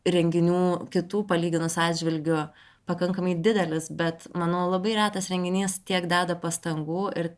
renginių kitų palyginus atžvilgiu pakankamai didelis bet manau labai retas renginys tiek deda pastangų ir